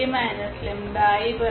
0 है